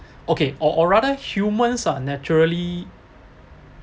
okay or or rather humans are naturally